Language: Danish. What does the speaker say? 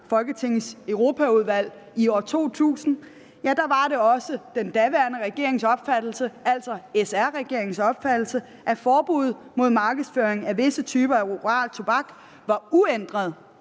Folketingets Europaudvalg, var det også den daværende regerings opfattelse, altså SR-regeringens opfattelse, at forbuddet mod markedsføring af visse typer af oral tobak var uændret,